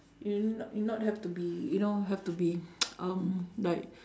you n~ you not have to be you know have to be um like